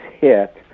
hit